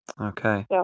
Okay